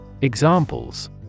Examples